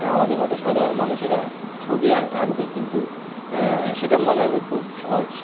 আমাদের মতো সাধারণ মানুষেরা ছবি আক আঁকবে কিন্তু সেটা মনে হবে খুব সহজ